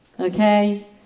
Okay